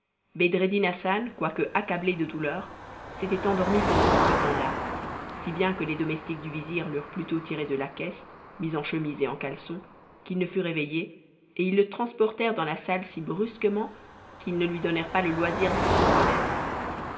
bedreddin hassan quoique accablé de douleur s'était endormi pendant tout ce temps-là si bien que les domestiques du vizir l'eurent plus tôt tiré de la caisse mis en chemise et en caleçon qu'il ne fut réveillé et ils le transportèrent dans la salle si brusquement qu'ils ne lui donnèrent pas le loisir de se reconnaître